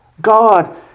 God